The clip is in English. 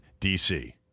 DC